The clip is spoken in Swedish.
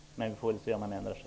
Men vi får väl se om han ändrar sig.